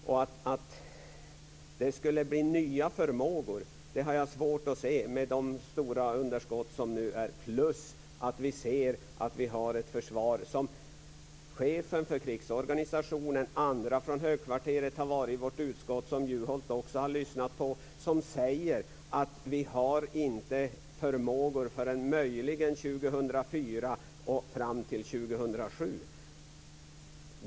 Och att det skulle bli nya förmågor har jag svårt att se med de stora underskott som finns plus att vi ser att vi har ett försvar där chefen för krigsorganisationen och andra från högkvarteret har varit i vårt utskott, vilka Håkan Juholt också har lyssnat på, och sagt att man inte har förmågor förrän möjligen 2004 och fram till 2007.